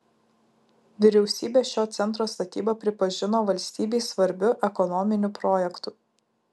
vyriausybė šio centro statybą pripažino valstybei svarbiu ekonominiu projektu